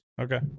Okay